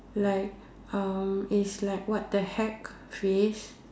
like uh is like what the heck face